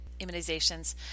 immunizations